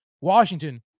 Washington